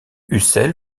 ucel